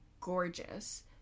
gorgeous